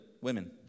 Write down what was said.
women